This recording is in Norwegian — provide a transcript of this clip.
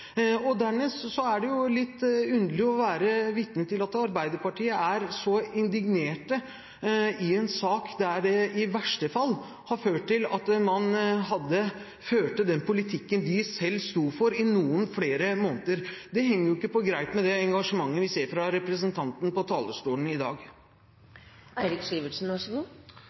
Dernest er det litt underlig å være vitne til at Arbeiderpartiet er så indignert i en sak som i verste fall har ført til at man har ført den politikken de selv sto for, i noen flere måneder. Det henger jo ikke på greip med det engasjementet vi ser fra representanten på talerstolen i dag.